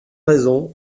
raisons